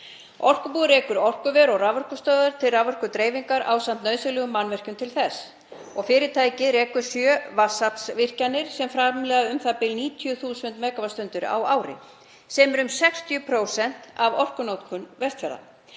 Orkubúið rekur orkuver og raforkustöðvar til raforkudreifingar ásamt nauðsynlegum mannvirkjum til þess. Fyrirtækið rekur sjö vatnsaflsvirkjanir sem framleiða u.þ.b. 90.000 megavattstundir á ári, sem er um 60% af orkunotkun Vestfjarða.